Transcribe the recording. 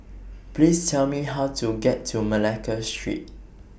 Please Tell Me How to get to Malacca Street